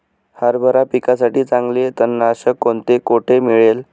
हरभरा पिकासाठी चांगले तणनाशक कोणते, कोठे मिळेल?